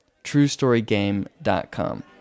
TrueStoryGame.com